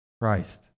Christ